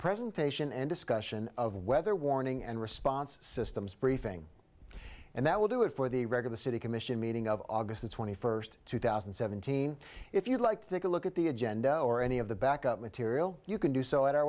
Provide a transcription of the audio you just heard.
presentation and discussion of weather warning and response systems briefing and that will do it for the record the city commission meeting of august twenty first two thousand and seventeen if you'd like to think a look at the agenda or any of the back up material you can do so at our